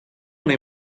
una